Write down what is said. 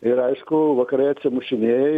ir aišku vakarai atsimušinėja